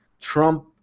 Trump